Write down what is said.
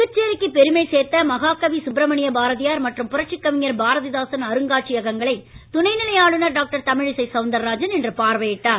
புதுச்சேரிக்கு பெருமை சேர்த்த மகாகவி சுப்பிரமணிய பாரதியார் மற்றும் புரட்சி கவிஞர் பாரதிதாசன் அருங்காட்சியகங்களை துணை நிலை ஆளுனர் டாக்டர் தமிழிசை சவுந்தராஜன் இன்று பார்வையிட்டார்